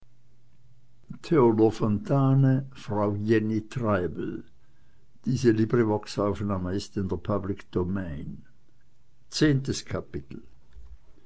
tante jenny treibel